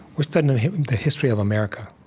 we're studying the history of america.